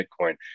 Bitcoin